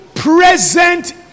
present